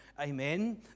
amen